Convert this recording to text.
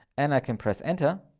and i can press enter.